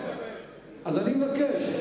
אני מבקש.